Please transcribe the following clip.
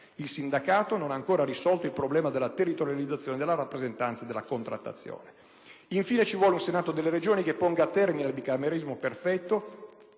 Il sindacato non ha ancora risolto il problema della territorializzazione della rappresentanza e della contrattazione. Infine, occorre un Senato delle Regioni che ponga termine al bicameralismo perfetto,